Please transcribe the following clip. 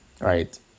right